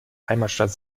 heimatstadt